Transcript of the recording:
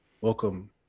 Welcome